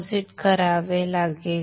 जमा करावे लागेल